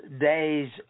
days